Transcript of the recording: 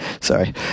Sorry